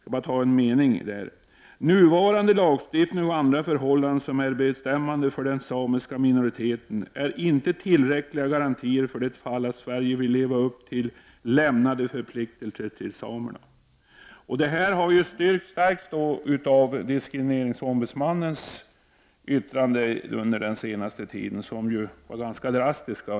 Där skriver man: ”Nuvarande lagstiftning och andra förhållanden som är bestämmande för den samiska minoriteten är inte tillräckliga garantier för det fall Sverige vill leva upp till lämnade förpliktelser till samerna.” Det som sägs i brevet har stärkts av diskrimineringsombudsmannens yttranden under den senaste tiden, som är ganska drastiska.